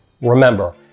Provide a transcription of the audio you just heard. Remember